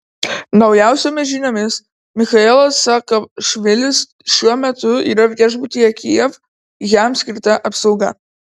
naujausiomis žiniomis michailas saakašvilis šiuo metu yra viešbutyje kijev jam skirta apsauga